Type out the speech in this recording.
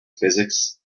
physics